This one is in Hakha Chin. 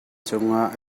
cungah